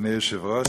אדוני היושב-ראש,